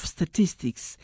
Statistics